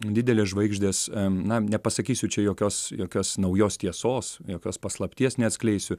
didelės žvaigždės na nepasakysiu čia jokios jokios naujos tiesos jokios paslapties neatskleisiu